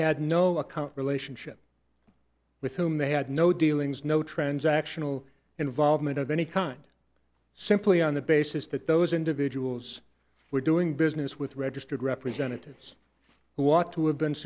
had no account relationship with whom they had no dealings no transactional involvement of any kind simply on the basis that those individuals were doing business with registered representatives who ought to have been